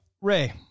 ray